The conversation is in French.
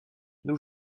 nos